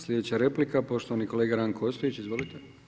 Slijedeća replika, poštovani kolega Ranko Ostojić, izvolite.